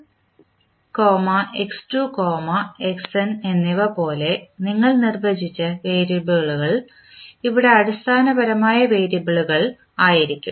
x1 x2 xn എന്നിവ പോലെ നിങ്ങൾ നിർവചിച്ച വേരിയബിൾ ഇവിടെ അടിസ്ഥാനപരമായി വേരിയബിൾ ആയിരിക്കും